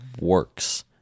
works